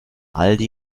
aldi